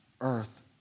earth